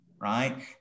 right